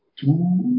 two